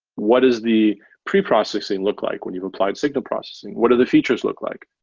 what is the preprocessing look like when you've applied signal processing? what are the features look like,